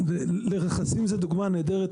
לרכסים זו דוגמה נהדרת,